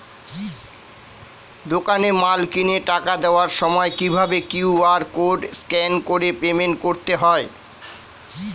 দোকানে মাল কিনে টাকা দেওয়ার সময় কিভাবে কিউ.আর কোড স্ক্যান করে পেমেন্ট করতে হয়?